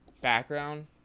background